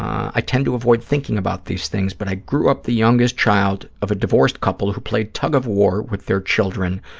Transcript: i tend to avoid thinking about these things, but i grew up the youngest child of a divorced couple who played tug-of-war with their children,